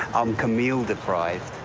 i'm camille deprived.